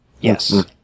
Yes